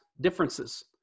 differences